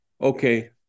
okay